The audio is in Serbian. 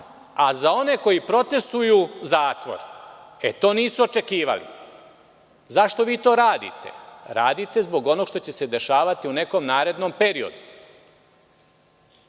a za one koji protestuju zatvor. Zašto vi to radite? Radite zbog onoga što će se dešavati u nekom narednom periodu.U